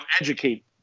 educate